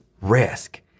risk